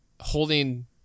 holding